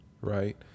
right